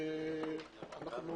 אנא הצג אותה.